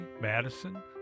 Madison